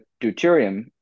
deuterium